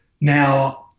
Now